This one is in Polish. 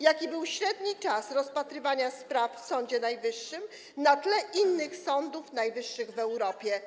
Jaki był średni czas rozpatrywania spraw w Sądzie Najwyższym na tle innych sądów najwyższych w Europie?